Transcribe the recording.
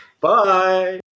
Bye